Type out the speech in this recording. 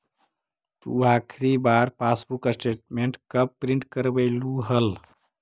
तु आखिरी बार पासबुक स्टेटमेंट कब प्रिन्ट करवैलु हल